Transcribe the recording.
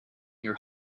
your